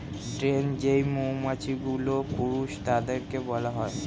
drone যেই মৌমাছিগুলো, পুরুষ তাদেরকে বলা হয়